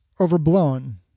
overblown